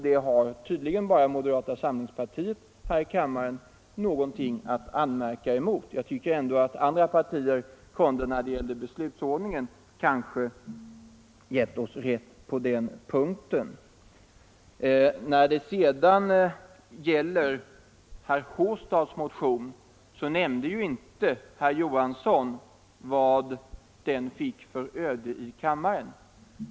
Det har tydligen bara moderata samlingspartiet här i kammaren någonting att anmärka mot. Jag tycker att andra partier kanske kunde ha gett oss rätt beträffande beslutsordningen. När det gäller herr Håstads motion nämnde inte herr Johansson i Malmö vad den fick för öde i kammaren.